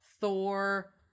thor